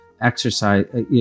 exercise